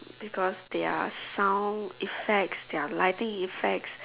because their sound effects their lightings effects